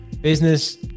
business